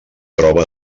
troba